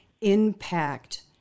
impact